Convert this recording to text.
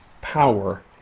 power